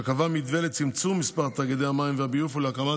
שקבע מתווה לצמצום מספר תאגידי המים והביוב ולהקמת